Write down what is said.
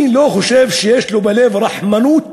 אני לא חושב שיש לו בלב רחמנות.